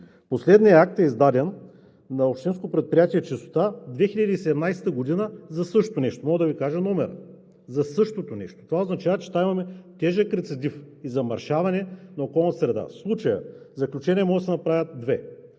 Последният акт е издаден на Общинско предприятие „Чистота“ през 2017 г. – за същото нещо. Мога да Ви кажа номера – за същото нещо. Това означава, че там имаме тежък рецидив и замърсяване на околната среда. В случая могат да се направят две